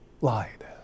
lied